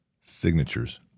signatures